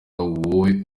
wowe